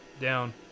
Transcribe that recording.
Down